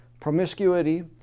promiscuity